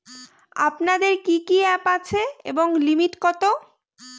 আপনাদের কি কি অ্যাপ আছে এবং লিমিট কত?